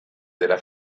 della